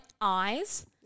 eyes